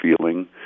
feeling